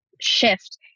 shift